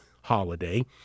holiday